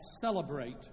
celebrate